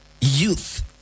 youth